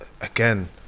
again